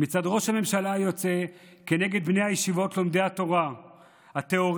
מצד ראש הממשלה היוצא כנגד בני הישיבות לומדי התורה הטהורים.